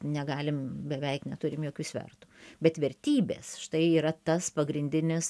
negalim beveik neturim jokių svertų bet vertybės štai yra tas pagrindinis